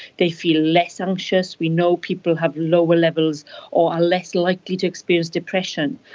they feel less anxious. we know people have lower levels or are less likely to experience depression.